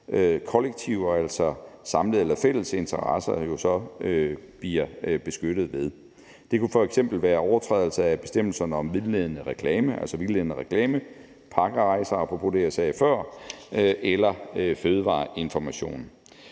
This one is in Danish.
kollektive, altså samlede eller fælles interesser jo så bliver beskyttet ved. Det kunne f.eks. være overtrædelse af bestemmelserne om vildledende reklame, pakkerejser, apopros det, jeg sagde før, eller fødevareinformation.